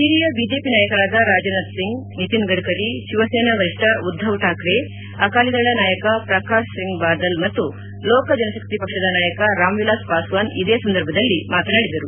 ಹಿರಿಯ ಬಿಜೆಪಿ ನಾಯಕರಾದ ರಾಜನಾಥ್ ಸಿಂಗ್ ನಿತಿನ್ ಗಡ್ಡರಿ ಶಿವಸೇನಾ ವರಿಷ್ಠ ಉದ್ದವ್ ಠಾಕ್ರೆ ಅಕಾಲಿದಳ ನಾಯಕ ಪ್ರಕಾಶ್ ಸಿಂಗ್ ಬಾದಲ್ ಮತ್ತು ಲೋಕಜನಶಕ್ತಿ ಪಕ್ಷದ ನಾಯಕ ರಾಮ್ವಿಲಾಸ್ ಪಾಸ್ವಾನ್ ಇದೇ ಸಂದರ್ಭದಲ್ಲಿ ಮಾತನಾಡಿದರು